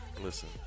Listen